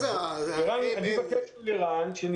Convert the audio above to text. אבקש מלירן שפיגל,